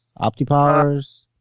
OptiPowers